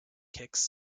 kicks